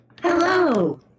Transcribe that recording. Hello